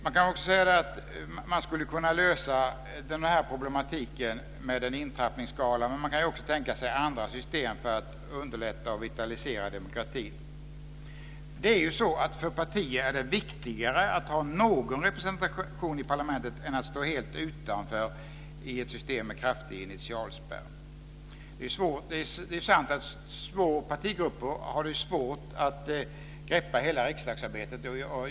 Man skulle kunna lösa problematiken med en intrappningsskala, men man kan ju också tänka sig andra system för att underlätta och vitalisera demokratin. För partier är det ju viktigare att ha någon representation i parlamentet än att stå helt utanför i ett system med kraftig initialspärr. Det är sant att små partigrupper i sig har svårt att greppa hela riksdagsarbetet.